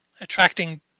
attracting